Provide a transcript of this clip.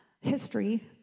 history